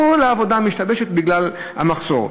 כל העבודה משתבשת בגלל המחסור.